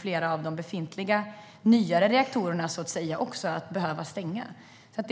flera av de befintliga, nyare reaktorerna också kan komma att behöva stängas snart.